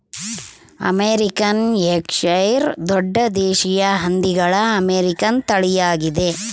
American Yorkshire ದೊಡ್ಡ ದೇಶೀಯ ಹಂದಿಗಳ ಅಮೇರಿಕನ್ ತಳಿಯಾಗಿದೆ